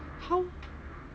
how